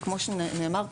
כמו שנאמר פה,